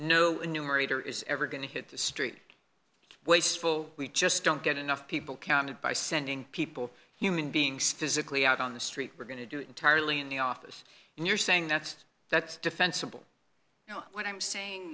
enumerator is ever going to hit the street wasteful we just don't get enough people counted by sending people human beings physically out on the street we're going to do it entirely in the office and you're saying that's that's defensible you know what i'm saying